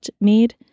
made